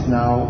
now